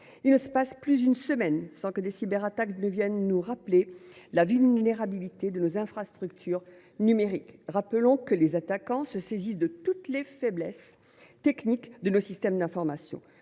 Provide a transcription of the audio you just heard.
Il ne se passe plus une semaine sans que des cyberattaques viennent nous rappeler la vulnérabilité de nos infrastructures numériques. Rappelons que les attaquants se saisissent de toutes les faiblesses techniques de nos systèmes d’information.